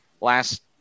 last